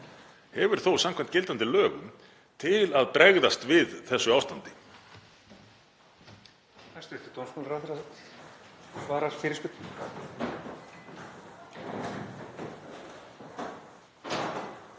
hefur þó samkvæmt gildandi lögum til að bregðast við þessu ástandi?